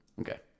Okay